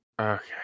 Okay